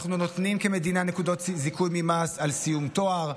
אנחנו נותנים כמדינה נקודות זיכוי ממס על סיום תואר,